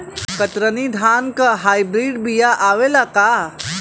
कतरनी धान क high breed बिया आवेला का?